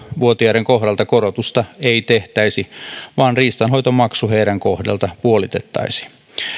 vuotiaiden kohdalta korotusta ei tehtäisi vaan riistanhoitomaksu heidän kohdaltaan puolitettaisiin